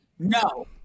no